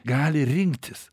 gali rinktis